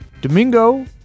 Domingo